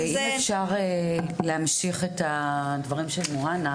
(הצגת מצגת) אם אפשר להמשיך את הדברים של מוהנא?